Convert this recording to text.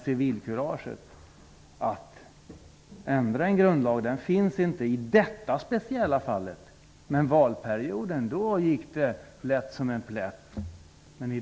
Civilkuraget att ändra i grundlagen finns inte i detta speciella fall. Men i fråga om valperioden gick det lätt som en plätt.